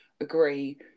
agree